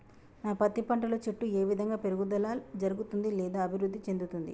నా పత్తి పంట లో చెట్టు ఏ విధంగా పెరుగుదల జరుగుతుంది లేదా అభివృద్ధి చెందుతుంది?